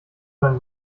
sein